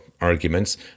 arguments